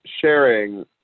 sharing